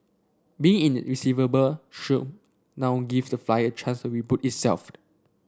being in the receiver shop now give the flyer a chance to reboot itself